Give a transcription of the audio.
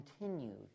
continued